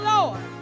Lord